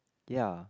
ya